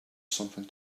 something